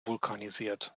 vulkanisiert